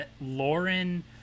Lauren